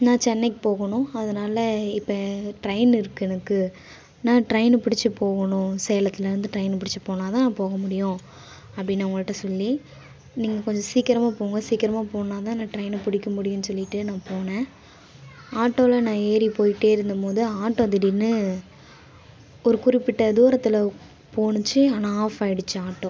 நான் சென்னைக்கு போகணும் அதனால் இப்போ ட்ரெயினு இருக்குது எனக்கு நான் ட்ரெயின் பிடிச்சி போகணும் சேலத்துலேருந்து ட்ரெயின் பிடிச்சி போனால் தான் நான் போக முடியும் அப்படின்னு அவங்கள்ட்ட சொல்லி நீங்கள் கொஞ்சம் சீக்கரமாக போங்க சீக்கரமாக போனால் தான் நான் ட்ரெயினை பிடிக்க முடியுன்னு சொல்லிகிட்டு நான் போனேன் ஆட்டோவில் நான் ஏறி போயிட்டே இருந்த போது ஆட்டோ திடீர்னு ஒரு குறிப்பிட்ட தூரத்தில் போனுச்சு ஆனால் ஆஃப் ஆகிடுச்சி ஆட்டோ